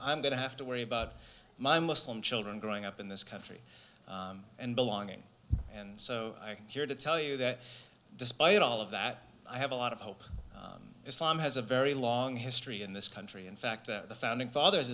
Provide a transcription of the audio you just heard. i'm going to have to worry about my muslim children growing up in this country and belonging and so i'm here to tell you that despite all of that i have a lot of hope islam has a very long history in this country in fact the founding fathers